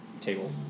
table